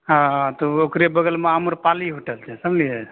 हँ तऽ ओकरे बगलमे आम्रपाली होटल छै समझलिए